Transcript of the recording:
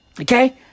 Okay